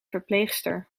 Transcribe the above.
verpleegster